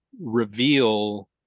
reveal